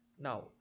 now